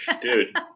dude